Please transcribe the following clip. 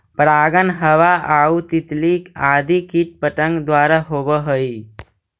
परागण हवा आउ तितली आदि कीट पतंग द्वारा होवऽ हइ